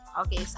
Okay